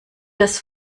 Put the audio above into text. das